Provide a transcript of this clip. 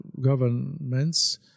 governments